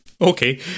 Okay